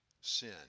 sin